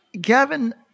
Gavin